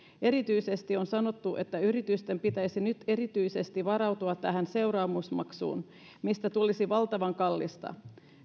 erityisesti on sanottu että yritysten pitäisi nyt erityisesti varautua tähän seuraamusmaksuun mistä tulisi valtavan kallista